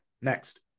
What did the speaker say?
Next